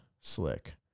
Slick